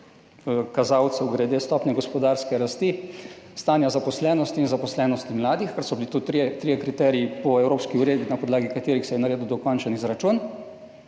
kazalcev glede stopnje gospodarske rasti, stanja zaposlenosti in zaposlenosti mladih, kar so bili tudi trije kriteriji po evropski uredbi, na podlagi katerih se je naredil dokončen izračun,